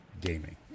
gaming